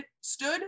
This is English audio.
stood